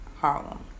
Harlem